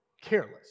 careless